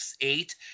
eight